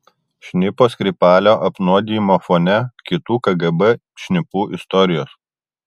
šnipo skripalio apnuodijimo fone kitų kgb šnipų istorijos